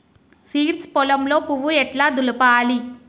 Seeds పొలంలో పువ్వు ఎట్లా దులపాలి?